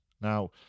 now